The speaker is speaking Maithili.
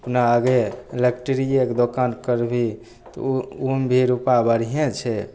अपना आगे इलेक्ट्रियेके दोकान करबिही तऽ उहोमे भी रूपा बढ़ियें छै